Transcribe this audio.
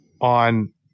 on